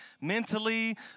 mentally